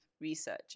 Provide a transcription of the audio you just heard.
researcher